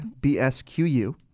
b-s-q-u